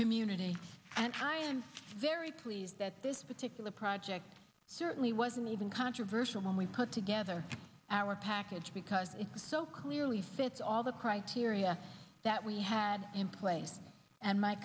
community and i am very pleased that this particular project certainly wasn't even controversial when we put together our package because it was so clearly fits all the criteria that we had in place and my